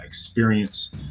experience